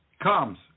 comes